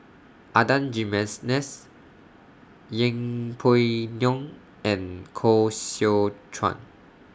Adan Jimenez Yeng Pway Ngon and Koh Seow Chuan